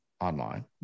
online